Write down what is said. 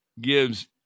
gives